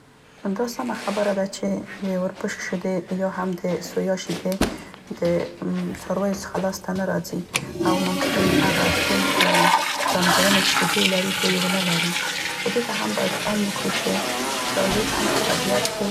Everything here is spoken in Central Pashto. دا سمه خبره ده چې د اوربشو شودې یا هم د سویا شیدې دې څارویو څخه لاسته نه راځي او ممکن هغه ټول ځانګیړنې چې شودې لري، دوی یې ونه لري. خو دې ته هم باید پام وکړو چې څاروي هم په طبیعت کې